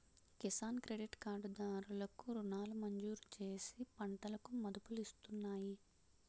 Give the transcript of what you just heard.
Kisan credit card దారులు కు రుణాలను మంజూరుచేసి పంటలకు మదుపులిస్తున్నాయి